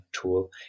tool